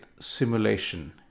simulation